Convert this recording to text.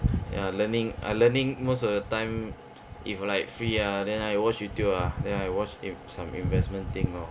ya learning I learning most of the time if like free ah then I watch youtube ah then I watch some investment thing lor